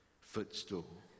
footstool